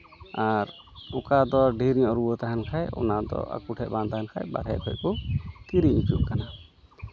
ᱟᱨ ᱚᱠᱟ ᱫᱚ ᱰᱷᱮᱨ ᱧᱚᱜ ᱨᱩᱣᱟᱹ ᱛᱟᱦᱮᱱ ᱠᱷᱟᱡ ᱚᱱᱟᱫᱚ ᱟᱠᱚ ᱴᱷᱮᱡ ᱵᱟᱝ ᱛᱟᱦᱮᱱ ᱠᱷᱟᱡ ᱵᱟᱦᱚᱨᱮ ᱠᱷᱚᱡ ᱠᱚ ᱠᱤᱨᱤᱧ ᱦᱚᱪᱚᱜ ᱠᱟᱱᱟ